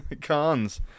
Cons